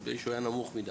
נראה לי שהוא נמוך מידיי.